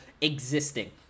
existing